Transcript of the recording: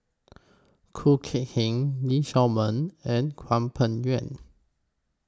Khoo Kay Hian Lee Shao Meng and Hwang Peng Yuan